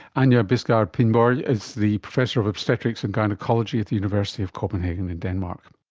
anja bisgaard pinborg is the professor of obstetrics and gynaecology at the university of copenhagen in denmark